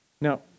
Now